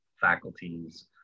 faculties